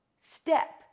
step